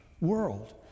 world